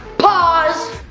pause.